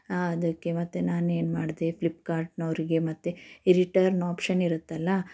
ಅದಕ್ಕೆ ಮತ್ತೆ ನಾನೇನು ಮಾಡಿದೆ ಫ್ಲಿಪ್ಕಾರ್ಟ್ನವರಿಗೆ ಮತ್ತೆ ಈ ರಿಟರ್ನ್ ಆಪ್ಷನ್ ಇರುತ್ತಲ್ಲ